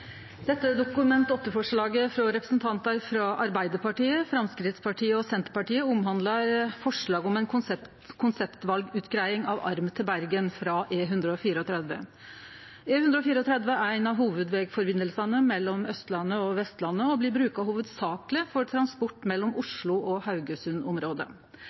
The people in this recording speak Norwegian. Dette Dokument 8-forslaget frå representantar frå Arbeidarpartiet, Framstegspartiet og Senterpartiet omhandlar eit forslag om ei konseptvalutgreiing av arm til Bergen frå E134. E134 er eit av hovudvegsambanda mellom Austlandet og Vestlandet og blir hovudsakeleg brukt til transport mellom Oslo og